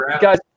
guys